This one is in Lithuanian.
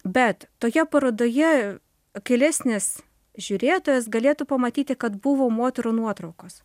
bet toje parodoje akylesnis žiūrėtojas galėtų pamatyti kad buvo moterų nuotraukos